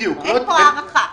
אין פה הארכה.